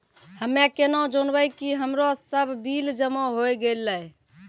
हम्मे केना जानबै कि हमरो सब बिल जमा होय गैलै?